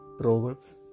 Proverbs